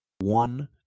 one